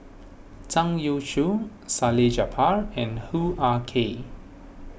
Zhang Youshuo Salleh Japar and Hoo Ah Kay